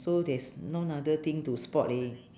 so there's none other thing to spot leh